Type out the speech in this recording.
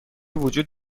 وجود